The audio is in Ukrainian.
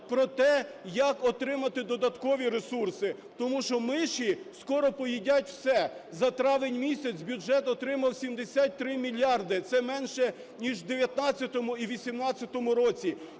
про те, як отримати додаткові ресурси. Тому що миші скоро поїдять все, за травень місяць бюджет отримав 73 мільярди, це менше, ніж у 2018 і 2019 роках.